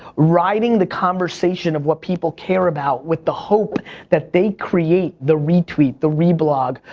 riding the conversation of what people care about, with the hope that they create the retweet, the reblog,